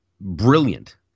brilliant